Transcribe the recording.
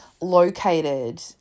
located